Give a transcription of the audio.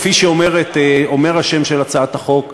כפי שאומר השם של הצעת החוק,